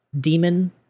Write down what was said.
demon